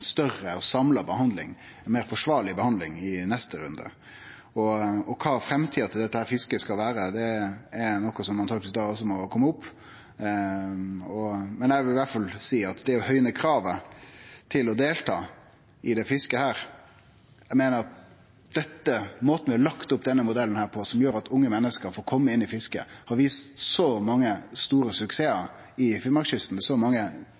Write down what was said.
større og samla behandling, ei meir forsvarleg behandling, i neste runde. Kva framtida til dette fisket skal vere, er noko som da truleg må kome opp. Eg vil i alle fall seie at når det gjeld å høgje kravet til å delta i dette fisket, meiner eg at måten ein har lagt opp denne modellen på, som gjer at unge menneske får kome inn i fisket, har vist så mange store suksessar på Finnmarkskysten, med så mange